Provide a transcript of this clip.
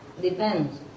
depends